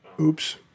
Oops